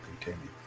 continue